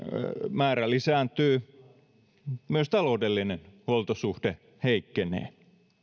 määrä lisääntyy myös taloudellinen huoltosuhde heikkenee